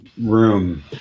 room